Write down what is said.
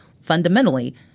fundamentally